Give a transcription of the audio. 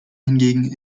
hingegen